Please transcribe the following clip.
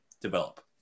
develop